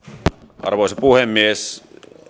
arvoisa puhemies